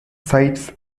sites